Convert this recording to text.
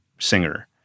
singer